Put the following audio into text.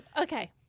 Okay